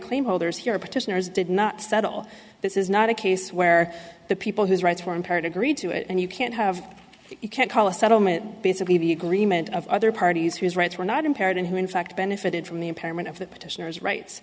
claim holders here are petitioners did not settle this is not a case where the people whose rights were impaired agreed to it and you can't have you can't call a settlement basically the agreement of other parties whose rights were not impaired and who in fact benefited from the impairment of